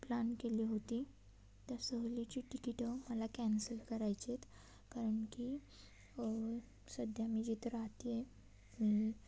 plan केली होती त्या सहलीची तिकीटं मला कॅन्सल करायचे आहेत कारण की सध्या मी जिथं राहते आहे मी